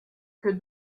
que